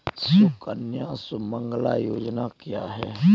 सुकन्या सुमंगला योजना क्या है?